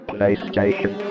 PlayStation